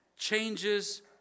Changes